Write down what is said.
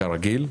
כרגיל.